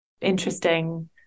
interesting